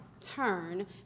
turn